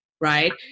Right